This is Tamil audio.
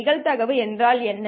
நிகழ்தகவு என்றால் என்ன